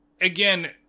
Again